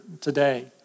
today